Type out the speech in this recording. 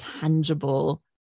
tangible